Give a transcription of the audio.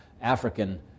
African